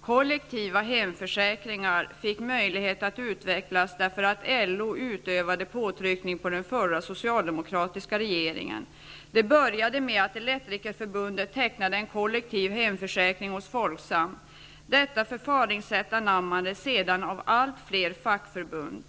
Kollektiva hemförsäkringar fick möjlighet att utvecklas därför att LO utövade påtryckning på den förra, socialdemokratiska regeringen. Det började med att Elektrikerförbundet tecknade en kollektiv hemförsäkring hos Folksam. Detta förfaringssätt anammades av allt fler fackförbund.